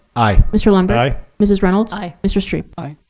aye. mr. lundberg. aye. mrs. reynolds. aye. mr. strebe. aye.